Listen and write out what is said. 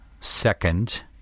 second